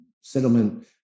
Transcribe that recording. settlement